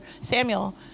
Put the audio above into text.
Samuel